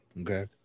okay